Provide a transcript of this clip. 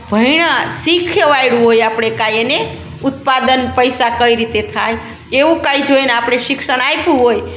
ભણ્યા શીખવાડ્યું હોય આપણે કાંઈ એને ઉત્પાદન પૈસા કઈ રીતે થાય એવું કાંઈ જો એને આપણે શિક્ષણ આપ્યું હોય